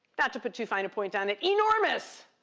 not to put too fine a point on it, enormous.